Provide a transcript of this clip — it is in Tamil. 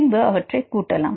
பின்பு அவற்றை கூட்டலாம்